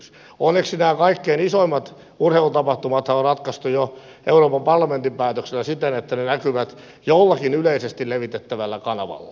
onneksi nämä kaikkein isoimmat urheilutapahtumat on ratkaistu jo euroopan parlamentin päätöksellä siten että ne näkyvät jollakin yleisesti levitettävällä kanavalla